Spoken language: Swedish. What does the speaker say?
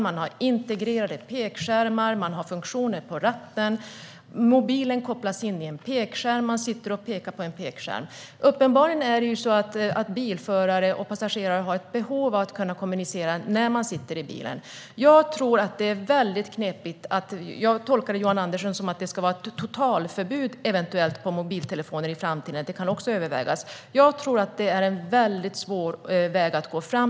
Man har integrerade pekskärmar och funktioner på ratten. Mobilen kopplas till en pekskärm; man sitter och pekar på en pekskärm. Uppenbarligen har bilförare och passagerare ett behov av att kunna kommunicera när de sitter i bilen. Jag tolkar Johan Andersson som att det eventuellt ska vara ett totalförbud för mobiltelefoner i framtiden, att det också kan övervägas. Jag tror att det är en väldigt svår väg att gå.